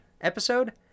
episode